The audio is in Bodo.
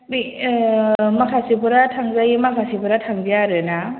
बे माखासेफोरा थांजायो माखासेफ्रा थांजाया आरोना